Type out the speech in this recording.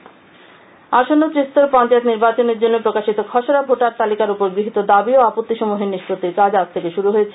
panchayat voter তালিকা আসন্ন ত্রিস্তর পঞ্চায়েত নির্বাচনের জন্য প্রকাশিত খসড়া ভোটার তালিকার উপর গৃহীত দাবি ও আপত্তি সমূহের নিষ্পত্তির কাজ আজ থেকে শুরু হয়েছে